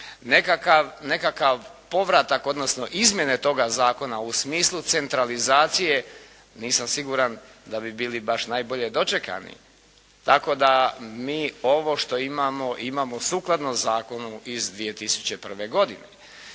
Nekakav povratak, odnosno izmjene toga zakona u smislu centralizacije, nisam siguran da bi bili baš najbolje dočekani. Tako da, mi ovo što imamo, imamo sukladno zakonu iz 2001. godine.